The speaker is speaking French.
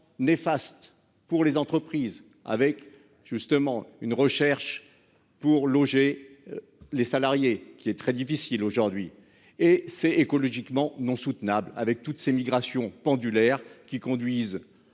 néfaste pour les entreprises avec justement une recherche pour loger. Les salariés qui est très difficile aujourd'hui et c'est écologiquement non soutenable. Avec toutes ces migrations pendulaires qui conduisent.